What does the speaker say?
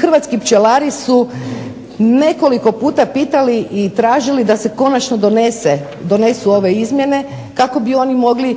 Hrvatski pčelari su nekoliko puta pitali i tražili da se konačno donesu ove izmjene kako bi oni mogli